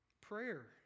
Prayer